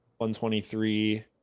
123